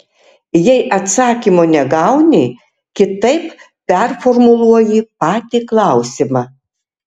jei atsakymo negauni kitaip performuluoji patį klausimą